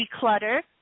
declutter